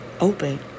open